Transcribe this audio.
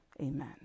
Amen